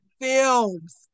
films